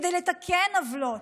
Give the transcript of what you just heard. כדי לתקן עוולות.